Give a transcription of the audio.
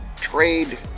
trade